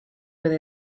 with